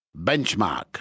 Benchmark